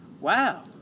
wow